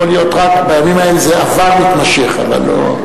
יכול להיות רק, "בימים ההם" זה עבר מתמשך, אבל לא,